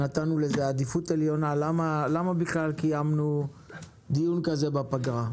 למה בכלל קיימנו דיון כזה בפגרה?